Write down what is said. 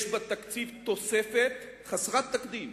יש בתקציב תוספת חסרת תקדים